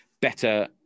better